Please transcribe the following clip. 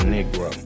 Negro